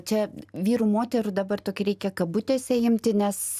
čia vyrų moterų dabar tokį reikia kabutėse imti nes